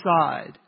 side